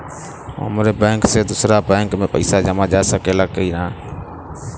हमारे बैंक से दूसरा बैंक में पैसा जा सकेला की ना?